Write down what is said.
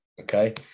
Okay